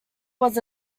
was